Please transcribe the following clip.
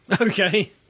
Okay